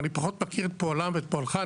אבל אני פחות מכיר את פועלם ואת פועלך.